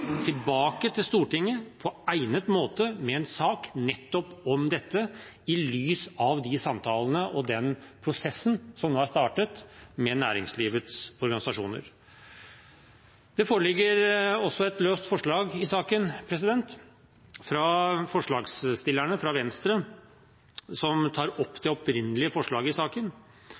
tilbake til Stortinget på egnet måte med en sak nettopp om dette i lys av de samtalene og den prosessen som nå er startet med næringslivets organisasjoner. Det foreligger i saken også et forslag fra Venstre, som tar opp det opprinnelige forslaget i saken. Fra